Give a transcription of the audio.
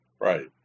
Right